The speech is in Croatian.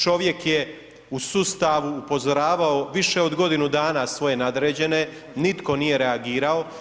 Čovjek je u sustavu upozoravao više od godinu dana svoje nadređene, nitko nije reagirao.